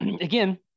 again